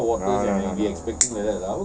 no no no no no